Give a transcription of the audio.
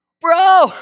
Bro